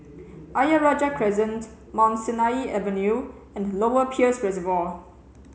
Ayer Rajah Crescent Mount Sinai Avenue and Lower Peirce Reservoir